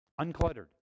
Uncluttered